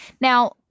Now